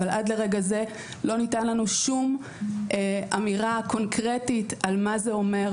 אבל עד לרגע זה לא ניתנה לנו שום אמירה קונקרטית על מה זה אומר.